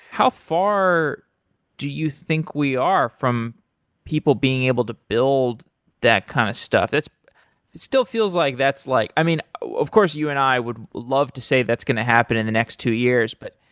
how far do you think we are from people being able to build that kind of stuff? it still feels like that's like i mean, of course you and i would love to say that's going to happen in the next two years, but